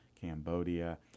Cambodia